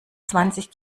zwanzig